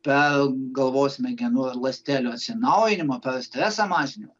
per galvos smegenų ląstelių atsinaujinimą per streso mažinimą